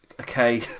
Okay